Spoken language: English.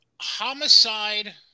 Homicide